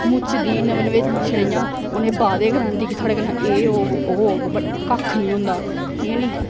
मुचदी नमें नमें छड़े इयां उनेंगी बाधे करांदी कि थुआढ़े कन्नै एह् होग ओह् होग ब कक्ख नी होंदा कि नी